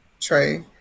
trey